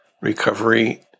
recovery